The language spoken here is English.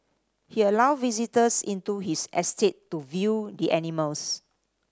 he allowed visitors into his estate to view the animals